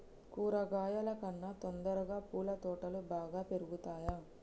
కూరగాయల కన్నా తొందరగా పూల తోటలు బాగా పెరుగుతయా?